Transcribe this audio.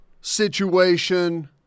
situation